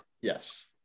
Yes